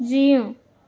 जीउ